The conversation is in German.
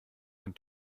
ein